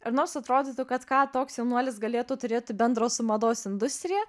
ir nors atrodytų kad ką toks jaunuolis galėtų turėti bendro su mados industrija